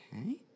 Okay